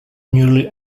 nearly